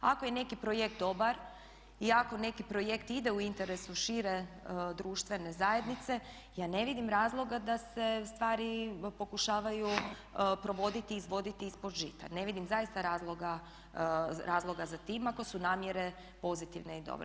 Ako je neki projekt dobar i ako neki projekt ide u interesu šire društvene zajednice ja ne vidim da se stvari pokušavaju provoditi i izvoditi ispod žita, ne vidim zaista razloga za tim ako su namjere pozitivne i dobre.